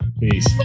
Peace